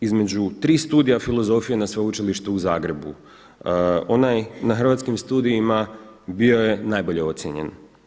Između tri studija filozofije na Sveučilištu u Zagrebu, onaj na Hrvatskim studijima bio je najbolje ocijenjen.